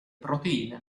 proteine